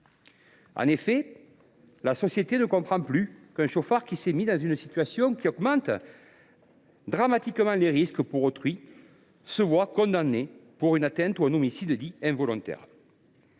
En effet, notre société ne supporte plus qu’un chauffard qui s’est lui même placé dans une situation qui augmente dramatiquement les risques pour autrui soit condamné pour une atteinte ou un homicide dits « involontaires